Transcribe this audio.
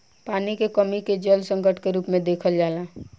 पानी के कमी के जल संकट के रूप में देखल जाला